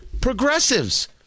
Progressives